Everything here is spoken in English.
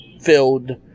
filled